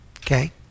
Okay